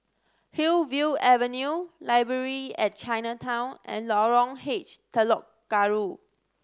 Hillview Avenue Library at Chinatown and Lorong H Telok Kurau